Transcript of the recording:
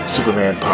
Superman